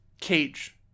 cage